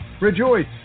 rejoice